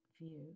view